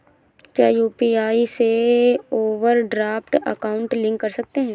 क्या यू.पी.आई से overdraft account link कर सकते हैं?